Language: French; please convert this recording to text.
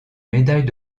médaille